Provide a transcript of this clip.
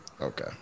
Okay